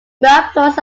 miraflores